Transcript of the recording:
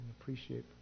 appreciate